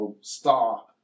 star